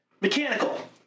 Mechanical